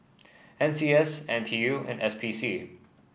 N C S N T U and S P C